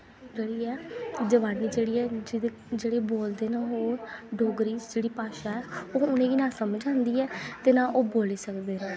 जेह्ड़ी ऐ जबानी जेह्ड़ी ऐ जेह्ड़ी बोलदे न ओह् डोगरी जेह्ड़ी भाशा ऐ ना उ'नें गी समझ आंदी ऐ ते नां ओह् बोल्ली सकदे न